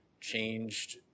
changed